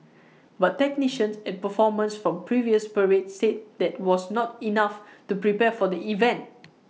but technicians and performers from previous parades said that was not enough to prepare for the event